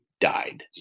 died